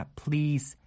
please